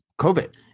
COVID